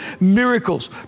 miracles